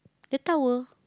that tower